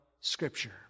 Scripture